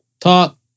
Talk